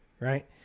Right